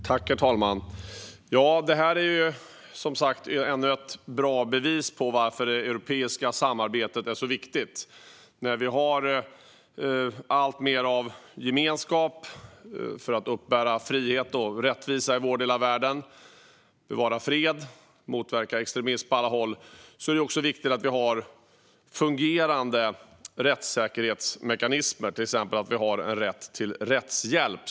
Herr talman! Det här är ännu ett bra bevis på att det europeiska samarbetet är så viktigt. När vi har alltmer av gemenskap för att uppbära frihet och rättvisa i vår del av världen, bevara fred och motverka extremism på alla håll är det också viktigt att vi har fungerande rättsäkerhetsmekanismer, till exempel rätt till rättshjälp.